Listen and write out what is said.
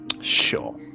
Sure